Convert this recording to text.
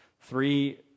Three